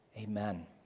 Amen